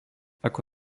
ako